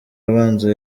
abanza